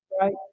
right